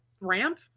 ramp